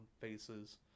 faces